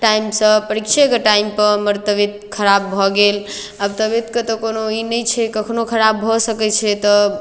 टाइमसँ परीक्षेके टाइमपर हमर तबियत खराब भऽ गेल आब तबियतके तऽ कोनो ई नहि छै कखनहु खराब भऽ सकैत छै तऽ